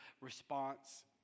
response